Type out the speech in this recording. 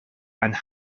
and